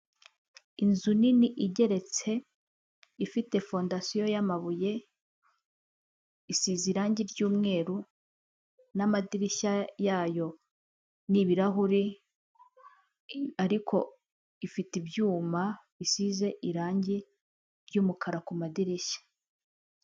Inzu nini igeretse ifite fondasiyo y'amabuye, isize irangi ry'umweru, n'amadirishya yayo n'ibirahure ariko ifite ibyuma bisize irangi ry'umukara ku madirishya.